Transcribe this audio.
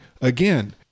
again